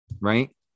Right